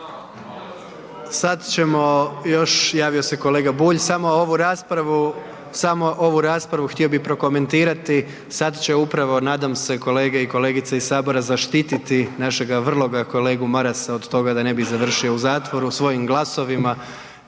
Sad ćemo javio se kolega Bulj, samo ovu raspravu htio bih prokomentirati, sad će upravo nadam se kolegice i kolege iz Sabora zaštititi našega vrloga kolegu Marasa od toga da ne bi završio u zatvoru svojim glasovima